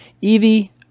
evie